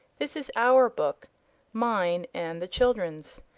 this is our book mine and the children's.